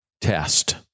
test